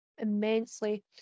immensely